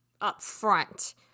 upfront